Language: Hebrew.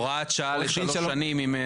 הוראת שעה לפי שלוש שנים ?